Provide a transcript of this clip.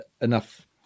enough